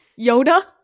Yoda